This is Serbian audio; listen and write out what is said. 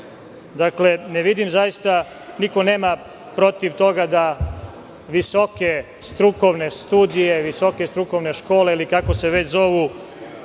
ne vidim zaista, niko nema protiv toga da visoke strukovne studije, visoke strukovne škole, ili kako se već zovu,